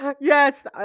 Yes